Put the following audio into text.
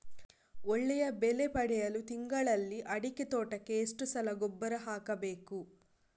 ಒಳ್ಳೆಯ ಬೆಲೆ ಪಡೆಯಲು ತಿಂಗಳಲ್ಲಿ ಅಡಿಕೆ ತೋಟಕ್ಕೆ ಎಷ್ಟು ಸಲ ಗೊಬ್ಬರ ಹಾಕಬೇಕು?